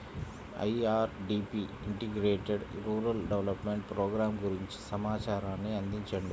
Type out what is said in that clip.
IRDP integrated rural development program గురించి సమాచారాన్ని అందించండి?